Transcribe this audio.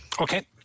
Okay